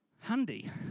Handy